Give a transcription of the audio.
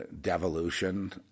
Devolution